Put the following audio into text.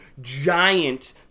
giant